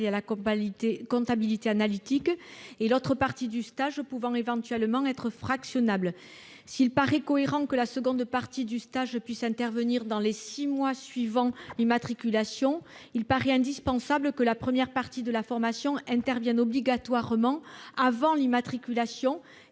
et à la comptabilité analytique, l'autre partie pouvant éventuellement être fractionnée. S'il paraît cohérent que la seconde partie du stage puisse intervenir dans les six mois suivant l'immatriculation, il paraît indispensable, en revanche, que la première partie de la formation intervienne obligatoirement avant l'immatriculation,